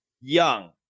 young